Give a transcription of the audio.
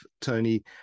Tony